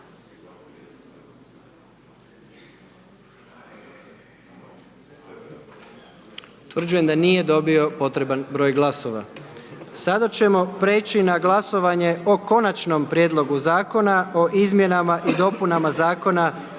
amandman. Nije dobio potreban broj glasova. I sada idemo na glasovanje o Konačnom prijedlogu Zakona o izmjenama i dopunama Zakona